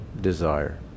desire